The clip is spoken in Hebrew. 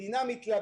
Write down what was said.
כי המדינה מתלבטת: